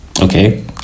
okay